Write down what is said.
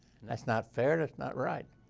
that's not fair, that's not right.